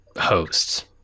hosts